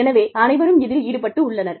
எனவே அனைவரும் இதில் ஈடுபட்டுள்ளனர்